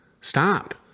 Stop